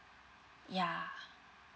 yeah